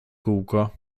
kółko